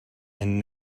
and